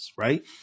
right